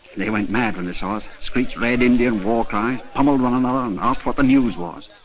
they went mad when they saw us, screeched red indian war crimes, pummeled one another and asked what the news was.